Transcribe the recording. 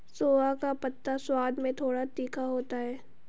सोआ का पत्ता स्वाद में थोड़ा तीखा होता है